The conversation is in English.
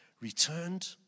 returned